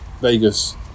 Vegas